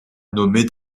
nommée